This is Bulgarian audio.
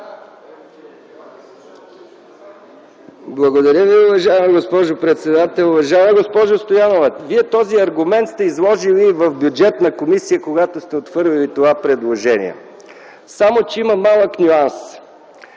Благодаря Ви, уважаема госпожо председател. Уважаема госпожо Стоянова, Вие този аргумент сте изложили и в Бюджетната комисия, когато сте отхвърлили това предложение. Само че има малък нюанс